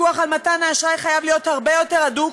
הפיקוח על מתן האשראי חייב להיות הרבה יותר הדוק,